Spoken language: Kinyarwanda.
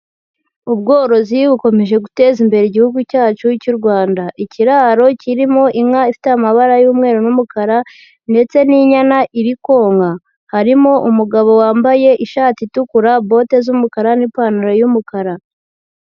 Ubworozi bukomeje guteza imbere igihugu cyacu cy'u Rwanda, ikiraro kirimo inka ifite amabara y'umweru n'umukara, ndetse n'inyana iri konka, harimo umugabo wambaye ishati itukura, bote z'umukara, n'ipantaro y'umukara.